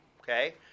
okay